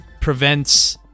prevents